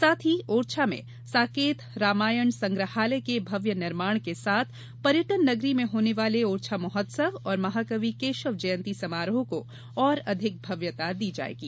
साथ ही ओरछा में साकेत रामायण संग्रहालय के भव्य निर्माण के साथ पर्यटन नगरी में होने वाले ओरछा महोत्सव और महाकवि केशव जयंती समारोह को और अधिक भव्यता दी जायेगी